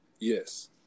Yes